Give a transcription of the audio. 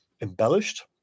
embellished